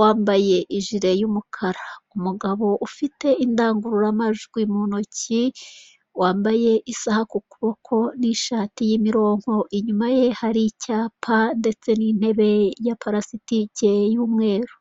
wambaye ijire y'umukara, umugabo ufite indangururamajwi mu ntoki wambaye isaha kukuboko n'ishati y'imironko inyuma ye hari icyapa ndetse n'intebe ya parasitike y'umweru.